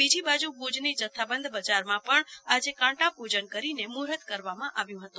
બીજી બાજુ ભુજની જથ્થા બંધ બજારમાં પણ આજે કાંટા પૂજન કરીને મુહૂર્ત કરવામાં આવ્યું હતું